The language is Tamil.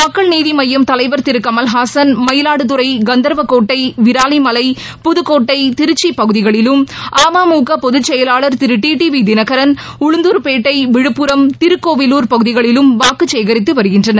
மக்கள் நீதி மய்யம் தலைவர் திரு கமல்ஹாசன் மயிலாடுதுறை கந்தர்வகோட்டை விராலிமலை புதுக்கோட்டை திருச்சி பகுதிகளிலும் அம்முக பொதுச்செயவாளர் திரு டிடிவி தினகரன் உளுந்தூர்பேட்டை விழுப்புரம் திருக்கோவிலூர் பகுதிகளிலும் வாக்கு சேகரித்து வருகின்றனர்